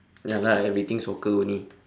ya lah everything soccer only